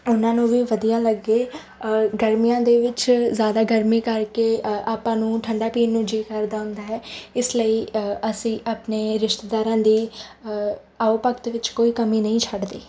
ਉਹਨਾਂ ਨੂੰ ਵੀ ਵਧੀਆ ਲੱਗੇ ਗਰਮੀਆਂ ਦੇ ਵਿੱਚ ਜ਼ਿਆਦਾ ਗਰਮੀ ਕਰਕੇ ਆਪਾਂ ਨੂੰ ਠੰਡਾ ਪੀਣ ਨੂੰ ਜੀ ਕਰਦਾ ਹੁੰਦਾ ਹੈ ਇਸ ਲਈ ਅਸੀਂ ਆਪਣੇ ਰਿਸ਼ਤੇਦਾਰਾਂ ਦੀ ਆਓ ਭਗਤ ਵਿੱਚ ਕੋਈ ਕਮੀ ਨਹੀਂ ਛੱਡਦੇ